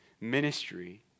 Ministry